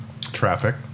Traffic